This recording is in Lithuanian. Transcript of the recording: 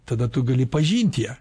tada tu gali pažinti ją